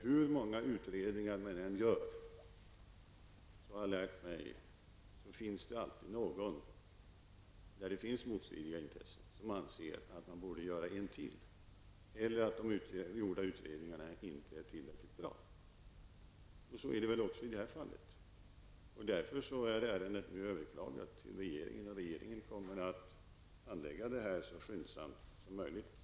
Hur många utredningar man än gör finns det alltid någon, då det är motstridiga intressen -- det har jag lärt mig -- som anser att man borde göra en till eller anser att de gjorda utredningarna inte är tillräckligt bra. Så är det väl också i det här fallet. Därför är ärendet nu överklagat till regeringen, och regeringen kommer att handlägga ärendet så skyndsamt som möjligt.